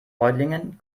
reutlingen